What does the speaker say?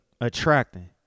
attracting